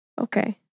Okay